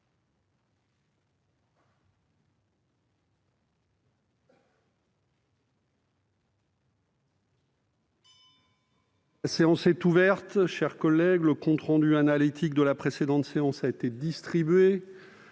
La séance est ouverte. Le compte rendu analytique de la précédente séance a été distribué.